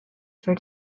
for